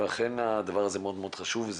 ואכן הדבר הזה מאוד מאוד חשוב,